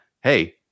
Hey